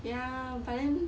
ya but then